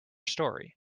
story